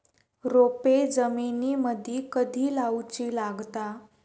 रोपे जमिनीमदि कधी लाऊची लागता?